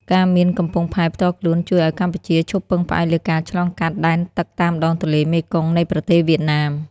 ការមានកំពង់ផែផ្ទាល់ខ្លួនជួយឱ្យកម្ពុជាឈប់ពឹងផ្អែកលើការឆ្លងកាត់ដែនទឹកតាមដងទន្លេមេគង្គនៃប្រទេសវៀតណាម។